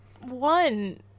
one